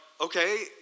okay